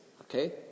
Okay